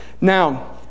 Now